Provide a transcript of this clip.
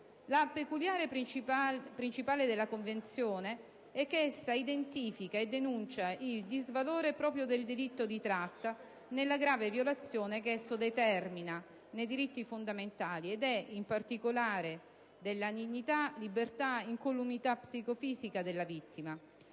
La peculiarità principale della Convenzione è che essa identifica e denuncia il disvalore proprio del delitto di tratta nella grave violazione che esso determina nei diritti fondamentali e in particolare della dignità, libertà e incolumità psicofisica della vittima.